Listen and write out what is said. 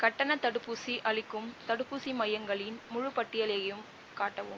கட்டணத் தடுப்பூசி அளிக்கும் தடுப்பூசி மையங்களின் முழுப் பட்டியலையும் காட்டவும்